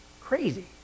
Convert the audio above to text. Crazy